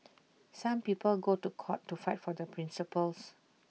some people go to court to fight for their principles